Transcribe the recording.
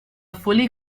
fully